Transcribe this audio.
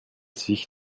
sich